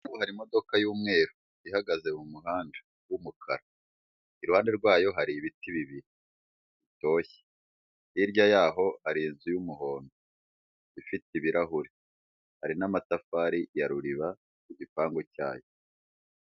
Hari imodoka y'umweru ihagaze mu muhanda w'umukara. Iruhande rwayo hari ibiti bibiri bitoshye. Hirya yaho hari inzu y'umuhondo ifite ibirahure. Hari n'amatafari ya ruriba ku gipangu cyayo.